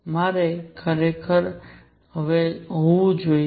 મારે ખરેખર હવે હોવું જોઈએ